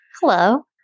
Hello